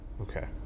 okay